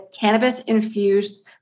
cannabis-infused